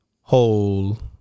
whole